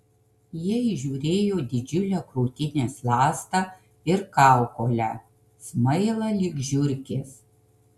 jie įžiūrėjo didžiulę krūtinės ląstą ir kaukolę smailą lyg žiurkės